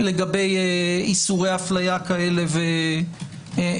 לגבי איסורי אפליה כאלה ואחרים.